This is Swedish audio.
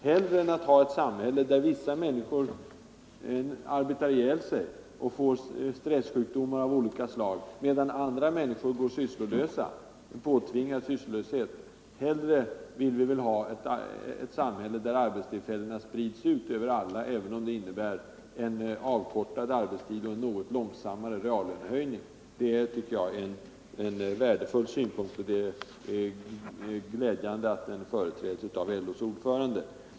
Hellre än att ha ett samhälle där vissa människor får stressjukdomar av olika slag och praktiskt taget arbetar ihjäl sig, medan andra har en påtvingad sysslolöshet, vill vi väl att arbetstillfällena sprids ut på alla, även om det innebär en avkortad arbetstid och en något långsammare reallönehöjning. Det är glädjande att en så värdefull ståndpunkt företräds av LO:s ordförande.